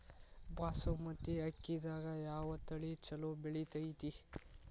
ಬಾಸುಮತಿ ಅಕ್ಕಿದಾಗ ಯಾವ ತಳಿ ಛಲೋ ಬೆಳಿತೈತಿ?